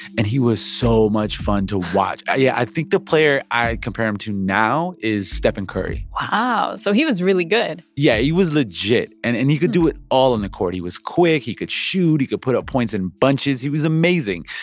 and he was so much fun to watch. yeah. i think the player i'd compare him to now is stephen curry wow. so he was really good yeah, he was legit. and and he could do it all on the court. he was quick. he could shoot. he could put up points in bunches. he was amazing.